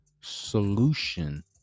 solution